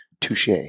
Touche